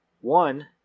one